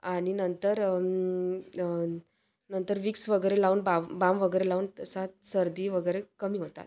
आणि नंतर नंतर विक्स वगैरे लावून बा बाम वगैरे लावून तसात सर्दी वगैरे कमी होतात